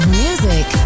music